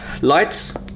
Lights